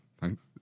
Thanks